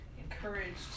encouraged